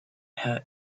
her